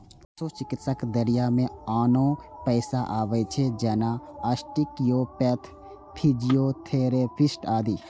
पशु चिकित्साक दायरा मे आनो पेशा आबै छै, जेना आस्टियोपैथ, फिजियोथेरेपिस्ट आदि